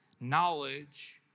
knowledge